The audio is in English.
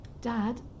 Dad